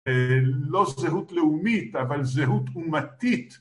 לא זהות לאומית אבל זהות אומתית